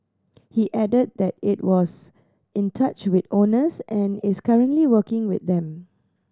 he added that it was in touch with owners and is currently working with them